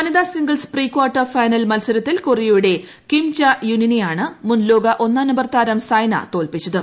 വനിതാ singles pre quarter final മത്സരത്തിൽ കൊറിയയുടെ കിം ജ യുന്നിനെയാണ് മുൻ ലോക ഒന്നാം നമ്പർ താരം സൈന തോൽപ്പിച്ചത്